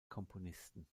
komponisten